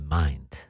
mind